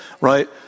right